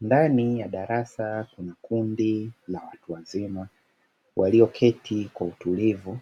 Ndani ya darasa kuna kundi la watu wazima walioketi kwa utulivu,